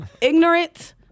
Ignorant